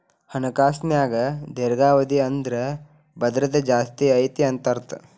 ಹಣಕಾಸಿನ್ಯಾಗ ದೇರ್ಘಾವಧಿ ಅಂದ್ರ ಭದ್ರತೆ ಜಾಸ್ತಿ ಐತಿ ಅಂತ ಅರ್ಥ